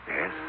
Yes